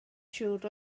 siŵr